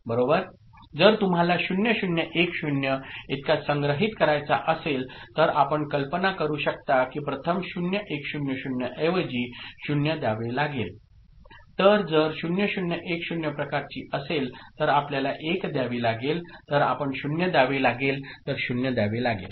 जर तुम्हाला 0 0 1 0 इतका संग्रहित करायचा असेल तर आपण कल्पना करू शकता की प्रथम 0 1 0 0 ऐवजी 0 द्यावे लागेल तर जर 0 0 1 0 प्रकारची असेल तर आपल्याला 1 द्यावी लागेल तर आपण 0 द्यावे लागेल तर 0 द्यावे लागेल